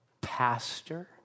pastor